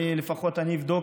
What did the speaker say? לפחות אני אבדוק,